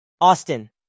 Austin